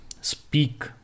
speak